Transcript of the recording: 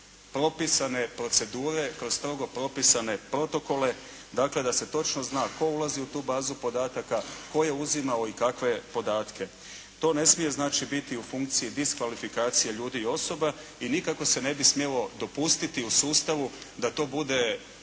kroz strogo propisane protokole, dakle da se točno zna tko ulazi u tu bazu podataka, tko je uzimao i kakve podatke. To ne smije znači biti u funkciji diskvalifikaciji ljudi i osoba i nikako se ne bi smjelo dopustiti u sustavu da to bude